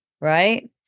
Right